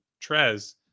Trez